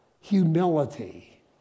humility